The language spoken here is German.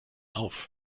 auf